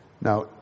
Now